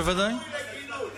אני שמעתי את זה.